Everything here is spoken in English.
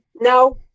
no